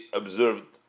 observed